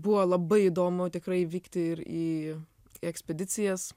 buvo labai įdomu tikrai vykti ir į į ekspedicijas